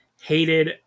hated